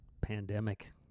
pandemic